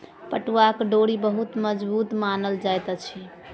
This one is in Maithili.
पटुआक डोरी बहुत मजबूत मानल जाइत अछि